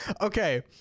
Okay